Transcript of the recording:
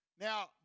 Now